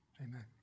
Amen